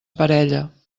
parella